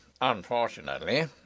Unfortunately